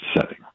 setting